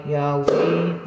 Yahweh